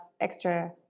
extra